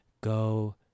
Go